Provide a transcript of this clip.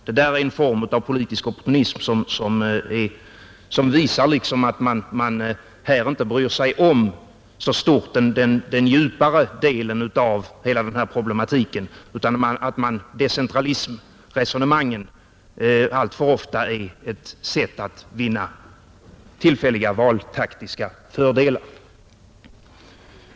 Det där är en form av politisk opportunism som visar att man inte så mycket bryr sig om den djupare delen av hela denna problematik. Decentralismresonemangen är alltför ofta ett medel att vinna tillfälliga valtaktiska fördelar.